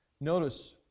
notice